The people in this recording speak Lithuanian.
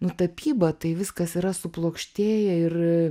nu tapyba tai viskas yra suplokštėję ir